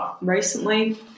recently